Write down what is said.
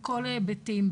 בכל ההיבטים,